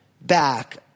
back